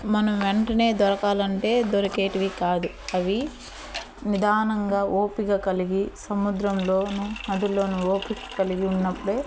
మనం వెంటనే దొరకాలంటే దొరికేటివి కాదు అవి నిదానంగా ఓపిక కలిగి సముద్రంలోనూ నదుల్లోనూ ఓపిక కలిగి ఉన్నప్పుడే